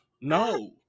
No